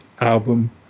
album